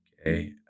okay